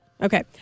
Okay